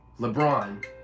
LeBron